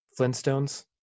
Flintstones